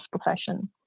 profession